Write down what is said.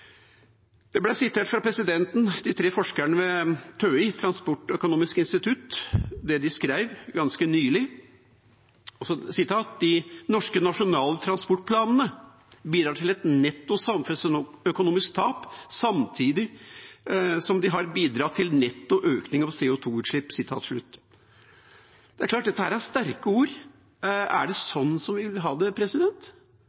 de tre forskerne fra TØI, Transportøkonomisk institutt, skrev ganske nylig: «De norske nasjonale transportplanene bidrar til et netto samfunnsøkonomisk tap samtidig som de har bidratt til netto økning av CO 2 -utslipp.» Klart dette er sterke ord. Men er det